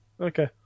Okay